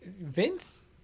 vince